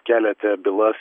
keliate bylas